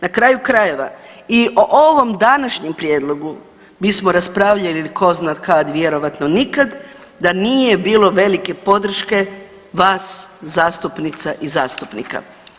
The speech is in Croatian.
Na kraju krajeva i o ovom današnjem prijedlogu bismo raspravljali tko zna kad, vjerovatno nikad da nije bilo velike podrške vas zastupnica i zastupnika.